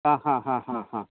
ಹಾಂ ಹಾಂ ಹಾಂ ಹಾಂ ಹಾಂ